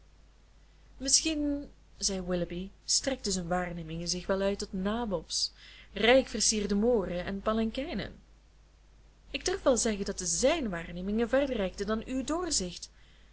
misschien zei willoughby strekten zijn waarnemingen zich wel uit tot nabobs rijk versierde mooren en palankijnen ik durf wel zeggen dat zijn waarnemingen verder reikten dan uw doorzicht